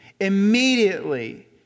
Immediately